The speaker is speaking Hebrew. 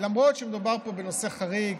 למרות שמדובר פה בנושא חריג